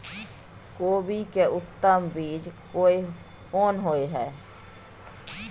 कोबी के उत्तम बीज कोन होय है?